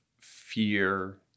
fear